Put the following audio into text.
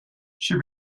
she